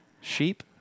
Sheep